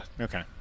Okay